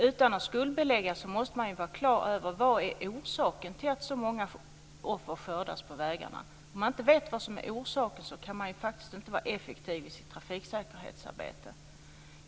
Utan att skuldbelägga måste man ha klart för sig vilken orsaken är till att så många offer skördas på vägarna. Om man inte vet vilken orsaken är så kan man inte vara effektiv i sitt trafiksäkerhetsarbete.